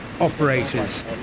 operators